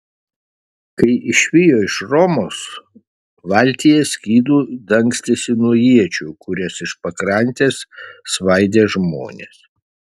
kai išvijo iš romos valtyje skydu dangstėsi nuo iečių kurias iš pakrantės svaidė žmonės